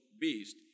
beast